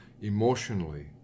emotionally